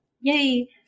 Yay